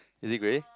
is it grey